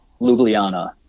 Ljubljana